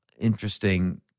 Interesting